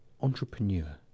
entrepreneur